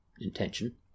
intention